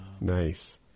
Nice